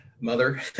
mother